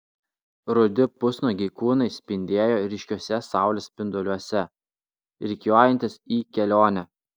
rudi pusnuogiai kūnai spindėjo ryškiuose saulės spinduliuose rikiuojantis į kelionę